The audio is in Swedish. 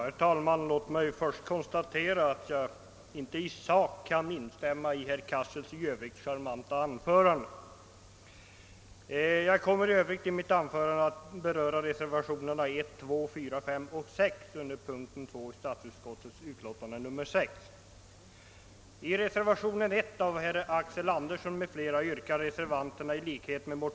Herr talman! Låt mig först konstatera att jag inte i sak kan instämma i herr Cassels i övrigt charmanta anförande. Jag kommer i fortsättningen att beröra reservationerna 1, 2 a, 4, 5 och 6 under punkten 2 i statsutskottets utlåtande nr 6.